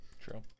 True